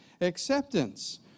acceptance